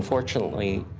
unfortunately,